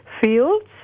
fields